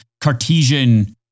Cartesian